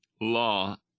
law